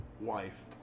wife